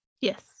Yes